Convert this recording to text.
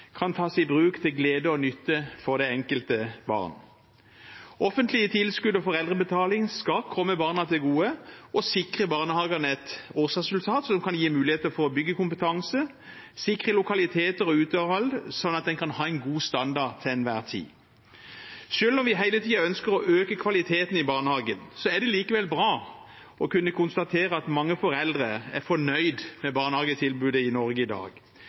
kan tas i bruk til glede og nytte for det enkelte barn. Offentlige tilskudd og foreldrebetaling skal komme barna til gode og sikre barnehagene et årsresultat som kan gi muligheter for å bygge kompetanse og sikre lokaliteter og uteareal slik at en kan ha en god standard til enhver tid. Selv om vi hele tiden ønsker å øke kvaliteten i barnehagen, er det likevel bra å kunne konstatere at mange foreldre er fornøyd med barnehagetilbudet i Norge i dag.